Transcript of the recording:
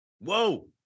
whoa